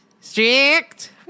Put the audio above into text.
Strict